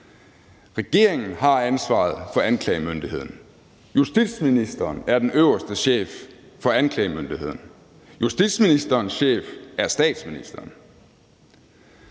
Regeringen har ansvaret for anklagemyndigheden, justitsministeren er den øverste chef for anklagemyndigheden, og justitsministerens chef er statsministeren.